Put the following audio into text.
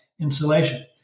insulation